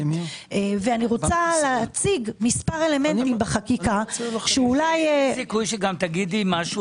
אני רוצה להציג מספר אלמנטים בחקיקה שאולי- -- יש סיכוי שתגידי משהו